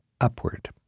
upward